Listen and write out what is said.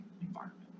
environment